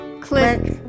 Click